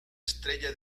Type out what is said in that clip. estrella